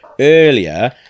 Earlier